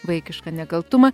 vaikišką nekaltumą